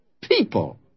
People